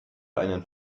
einen